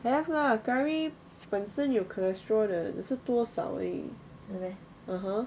have lah curry 本身有 cholesterol 的只是多少而已 (uh huh)